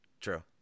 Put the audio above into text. True